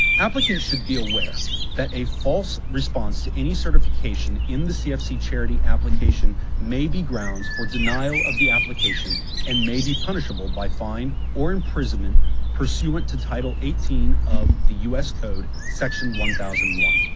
applicants should be aware that a false response to any certification in the cfc charity application may be grounds for denial of the application and may be punishable by fine or imprisonment pursuant to title eighteen of the u s. code, section one thousand and one.